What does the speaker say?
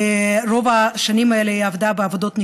רוב השנים האלה היא עבדה בעבודות ניקיון,